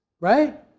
right